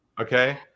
okay